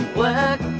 work